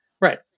Right